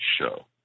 show